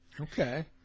Okay